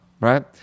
right